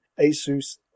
Asus